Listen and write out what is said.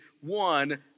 one